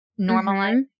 Normalize